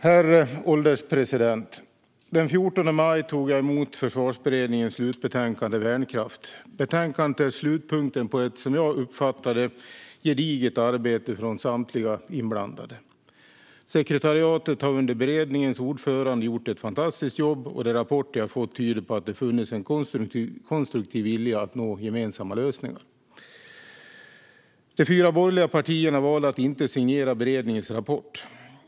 Herr ålderspresident! Den 14 maj tog jag emot Försvarsberedningens slutbetänkande Värnkraft . Betänkandet är slutpunkten på ett, som jag uppfattar det, gediget arbete från samtliga inblandade. Sekretariatet har under beredningens ordförande gjort ett fantastiskt jobb, och de rapporter jag har fått tyder på att det har funnits en konstruktiv vilja att nå gemensamma lösningar. De fyra borgerliga partierna valde att inte signera beredningens rapport.